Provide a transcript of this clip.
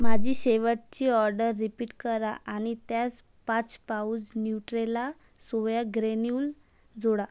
माझी शेवटची order repeat करा आणि त्याच पाच पाउज न्यूट्रेला सोया ग्रेन्युल जोडा